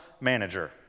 manager